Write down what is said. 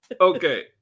Okay